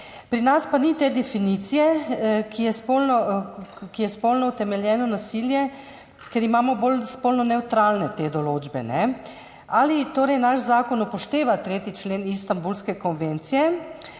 Pri nas pa ni te definicije, kaj je spolno utemeljeno nasilje, ker imamo bolj spolno nevtralne te določbe. Zanima me: Ali naš zakon upošteva 3. člen Istanbulske konvencije?